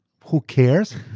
who cares?